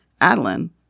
Adeline